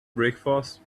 breakfast